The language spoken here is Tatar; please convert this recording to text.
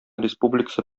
республикасы